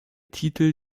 titel